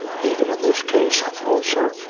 even in this case, also,